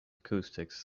acoustics